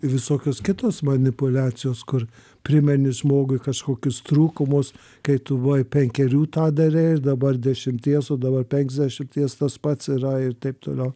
ir visokios kitos manipuliacijos kur primeni žmogui kažkokius trūkumus kai tu buvai penkerių tą darei ir dabar dešimties o dabar penksdešimties tas pats yra ir taip toliau